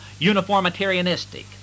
uniformitarianistic